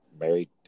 married